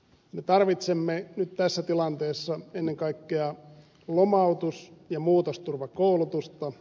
me tarvitsemme nyt tässä tilanteessa ennen kaikkea lomautus ja muutosturvakoulutusta